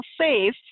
safe